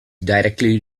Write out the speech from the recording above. directly